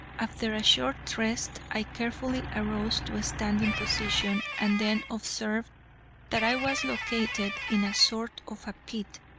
after a short rest, i carefully arose to a standing position, and then observed that i was located in a sort of a pit,